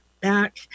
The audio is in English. back